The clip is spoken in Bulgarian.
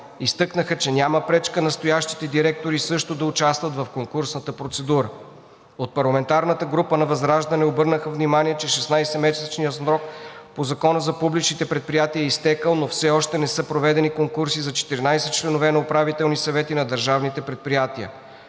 Изтъкнаха, че няма пречка настоящите директори също да участват в конкурсните процедури. От парламентарната група на партия ВЪЗРАЖДАНЕ обърнаха внимание, че 16-месечният срок по Закона за публичните предприятия е изтекъл, но все още не са проведени конкурси за 14 членове на управителни съвети на държавните предприятия.